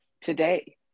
today